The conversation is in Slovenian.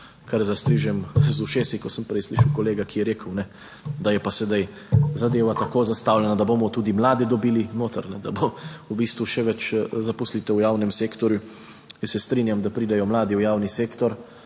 kar zastrižem z ušesi, ko sem prej slišal kolega, ki je rekel, da je pa sedaj zadeva tako zastavljena, da bomo tudi mlade dobili noter, da bo v bistvu še več zaposlitev v javnem sektorju. Jaz se strinjam, da pridejo mladi v javni sektor,